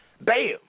bam